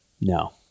No